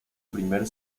primer